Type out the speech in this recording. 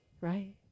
right